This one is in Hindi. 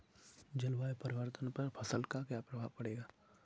जलवायु परिवर्तन का फसल पर क्या प्रभाव पड़ेगा?